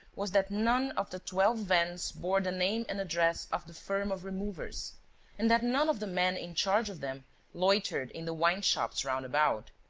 was that none of the twelve vans bore the name and address of the firm of removers and that none of the men in charge of them loitered in the wine-shops round about.